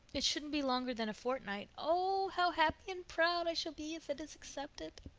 it shouldn't be longer than a fortnight. oh, how happy and proud i shall be if it is accepted!